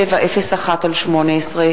כביש אגרה (כביש ארצי לישראל)